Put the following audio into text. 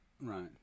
Right